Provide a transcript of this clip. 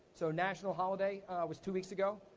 so, national holiday was two weeks ago.